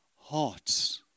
hearts